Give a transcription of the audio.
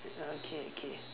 uh okay okay